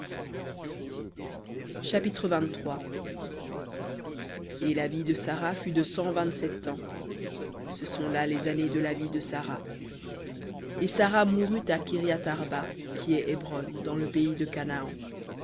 chapitre et la vie de sara fut de cent vingt-sept ans les années de la vie de sara et sara mourut à kiriath arba qui est hébron dans le pays de canaan